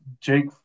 Jake